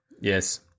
Yes